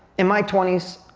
in my twenty s,